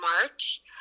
march